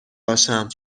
باشم